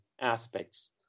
aspects